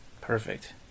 Perfect